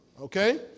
okay